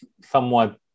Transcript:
somewhat